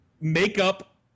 makeup